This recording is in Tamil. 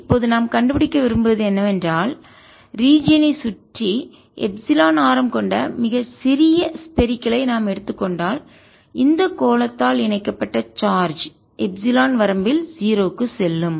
இப்போது நாம் கண்டுபிடிக்க விரும்புவது என்னவென்றால் ரீஜியன் ஐ சுற்றி எப்சிலன் ஆரம் கொண்ட மிகச் சிறிய ஸ்பேரிக்கல் கோள ஐ நாம் எடுத்துக் கொண்டால் இந்த கோளத்தால் இணைக்கப்பட்ட சார்ஜ் எப்சிலன் வரம்பில் 0 க்குச் செல்லும்